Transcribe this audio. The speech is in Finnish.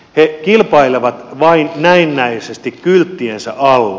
he kilpailevat vain näennäisesti kylttiensä alla